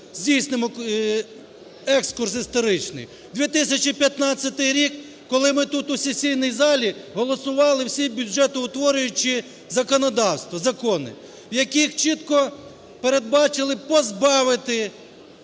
2015 рік, коли ми тут, у сесійній залі, голосували всі бюджетоутворююче законодавство, закони, в яких чітко передбачили позбавити